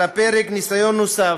על הפרק ניסיון נוסף,